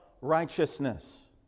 righteousness